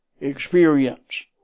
experience